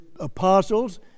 apostles